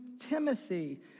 Timothy